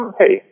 hey